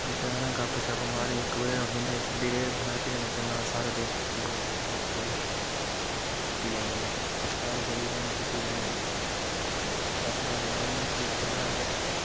चुट्टें कन्नै गपशप मारी इक बजे उठी औंदे हे छुट्टी लेइयै इक जनें चली पौना ते सारे दोस्त चली पौन किट्ठे कुतै ई छुट्टी लैनी जी सारें चली पौना छुट्टी लैनी जी गपशप मारनी भी इत गल्ला अस